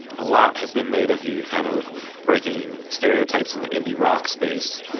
a lot has been made of you kind of breaking stereotypes in the indie rock space.